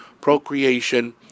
procreation